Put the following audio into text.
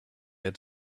had